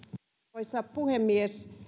arvoisa puhemies